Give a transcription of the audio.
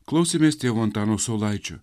klausėmės tėvu antanu saulaičiu